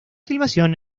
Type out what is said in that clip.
filmación